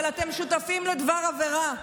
אבל אתם שותפים לדבר עבירה.